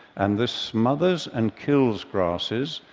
and this smothers and kills grasses,